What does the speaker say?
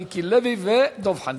מיקי לוי ודב חנין.